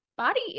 body